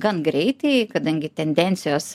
gan greitai kadangi tendencijos